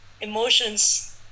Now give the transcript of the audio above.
emotions